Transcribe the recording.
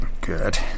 Good